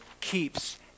keeps